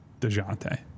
DeJounte